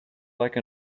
like